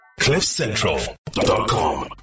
Cliffcentral.com